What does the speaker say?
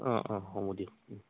অ' অ' হ'ব দিয়ক